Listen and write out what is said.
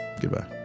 Goodbye